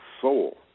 soul